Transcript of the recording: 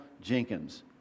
Jenkins